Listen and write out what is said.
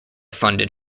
funded